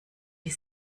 die